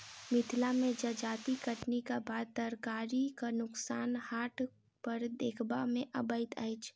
मिथिला मे जजाति कटनीक बाद तरकारीक नोकसान हाट पर देखबा मे अबैत अछि